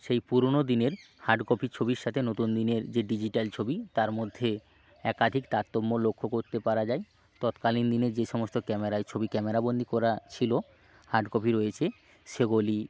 সেই পুরোনো দিনের হার্ড কপি ছবির সাথে নতুন দিনের যে ডিজিটাল ছবি তার মধ্যে একাধিক তারতম্য লক্ষ্য করতে পারা যায় তৎকালীন দিনে যে সমস্ত ক্যামেরায় ছবি ক্যামেরা বন্দী করা ছিলো হার্ড কপি রয়েছে সেগুলি